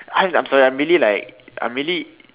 I'm I'm sorry I'm really like I'm really